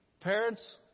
parents